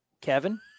Kevin